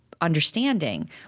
understanding